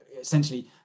essentially